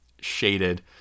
shaded